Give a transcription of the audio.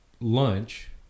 lunch